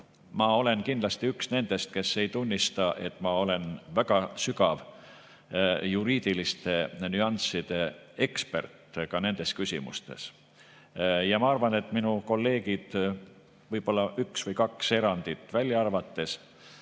ma olen kindlasti üks nendest, kes ei tunnista, et ma olen väga sügavate juriidiliste nüansside ekspert nendes küsimustes. Ma arvan, et minu kolleegid, võib-olla üks või kaks erandit välja arvates,